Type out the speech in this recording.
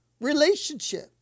relationship